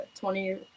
20